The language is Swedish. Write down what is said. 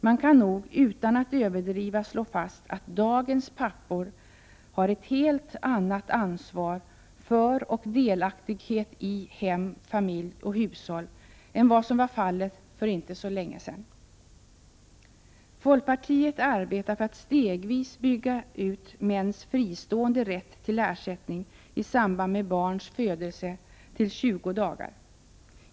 Man kan nog utan att överdriva slå fast att dagens pappor har ett helt annat ansvar för och delaktighet i hem, familj och hushåll än vad som var fallet för inte så länge sedan. Folkpartiet arbetar för att stegvis bygga ut mäns fristående rätt till ersättning i samband med barns födelse till 20 dagar.